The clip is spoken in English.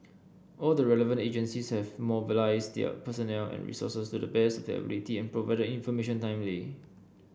all the relevant agencies have mobilised their personnel and resources to the best their ability provided information timely